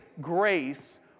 grace